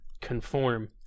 conform